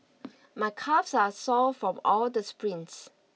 my calves are sore from all the sprints